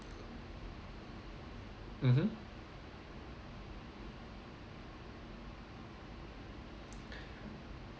mmhmm